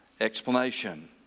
explanation